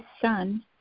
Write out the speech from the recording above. son